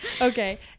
Okay